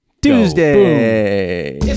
Tuesday